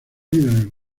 líderes